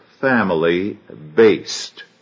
family-based